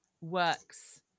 works